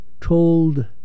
told